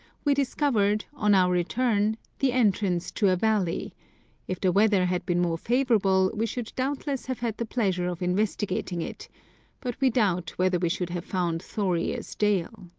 we discovered, on our return, the entrance to a valley if the weather had been more favourable we should doubtless have had the pleasure of investigating it but we doubt whether we should have found thorir's dale.